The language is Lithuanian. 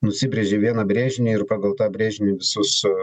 nusibrėžė vieną brėžinį ir pagal tą brėžinį visus